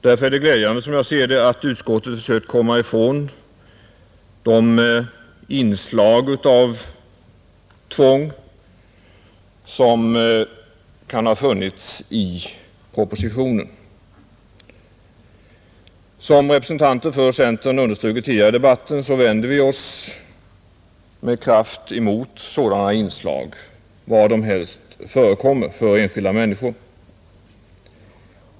Därför är det glädjande, som jag ser det, att utskottet försökt komma ifrån det inslag av tvång som kan ha funnits i propositionen. Som representanter för centern understrukit tidigare i debatten vänder vi oss med kraft mot sådana inslag, var de än förekommer, av tvång för enskilda människor.